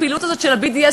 הפעילות הזאת של ה-BDS,